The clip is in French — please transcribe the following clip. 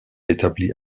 établie